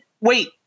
wait